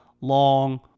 long